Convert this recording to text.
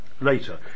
later